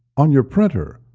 on your printer,